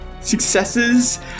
Successes